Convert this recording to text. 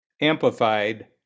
amplified